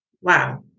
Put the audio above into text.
Wow